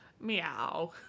meow